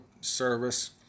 Service